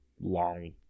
long